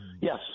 Yes